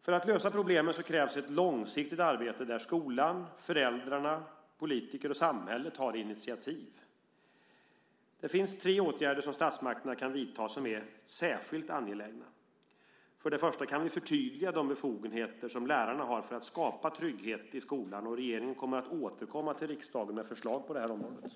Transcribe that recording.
För att lösa problemen krävs ett långsiktigt arbete där skolan, föräldrarna, politiker och samhälle tar initiativ. Det finns tre åtgärder som statsmakterna kan vidta som är särskilt angelägna. För det första kan vi förtydliga de befogenheter som lärarna har för att skapa trygghet i skolan. Regeringen avser att återkomma till riksdagen med förslag på detta område.